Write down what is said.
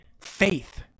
faith